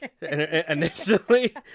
Initially